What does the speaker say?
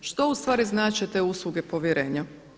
Što u stvari znače te usluge povjerenja?